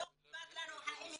לא אכפת לנו --- ולדרוזים.